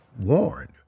warned